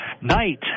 Night